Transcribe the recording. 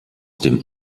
dem